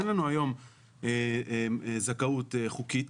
אין לנו היום זכאות חוקית